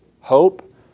hope